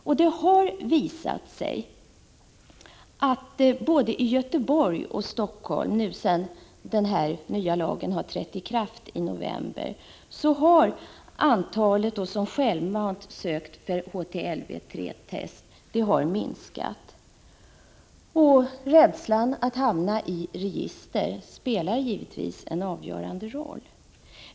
Och det har visat sig både i Göteborg och i Helsingfors — sedan smittskyddslagen började tillämpas på aids i november — att antalet som självmant sökt HTLV-III-test har minskat. Rädslan att hamna i ett register spelar givetvis en avgörande roll.